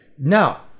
Now